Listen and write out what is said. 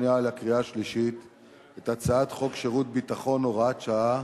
לקריאה השנייה ולקריאה השלישית את הצעת חוק שירות ביטחון (הוראת שעה)